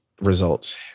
results